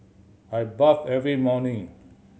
I bathe every morning